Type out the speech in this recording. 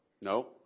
No